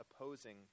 opposing